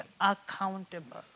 accountable